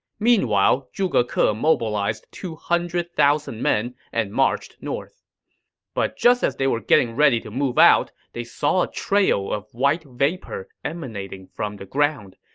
meanwhile, zhuge ke ke ah mobilized two hundred thousand men and marched north but just as they were getting ready to move out, they saw a trail of white vapor emanating from the ground.